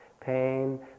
pain